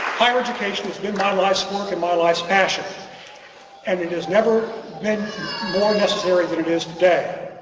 higher education has been my life's work and my life's passion and it has never been more necessary than it is today.